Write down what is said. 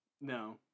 No